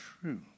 true